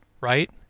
right